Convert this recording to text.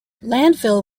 landfill